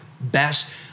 best